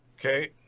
okay